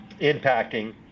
impacting